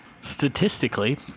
Statistically